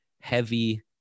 heavy